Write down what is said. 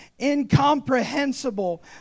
incomprehensible